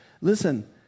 Listen